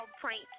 prank